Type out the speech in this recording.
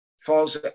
falls